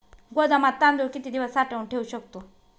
गोदामात तांदूळ किती दिवस साठवून ठेवू शकतो?